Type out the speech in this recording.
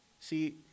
see